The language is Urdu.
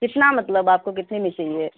کتنا مطلب آپ کو کتنے میں چاہیے